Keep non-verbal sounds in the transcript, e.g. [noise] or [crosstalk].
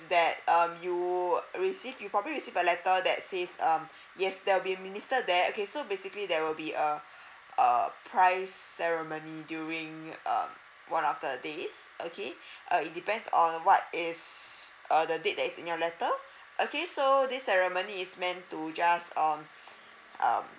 that um you uh receive you'll probably receive a letter that says um yes there will be a minister there okay so basically there will be a err prize ceremony during um one of the days okay uh it depends on what is uh the date that is in your letter okay so this ceremony is meant to just um [noise] um